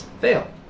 Fail